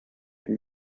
and